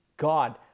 god